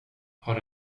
har